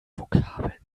vokabeln